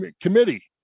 committee